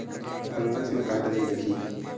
Fungus म का दवाई लगी?